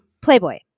Playboy